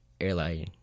airline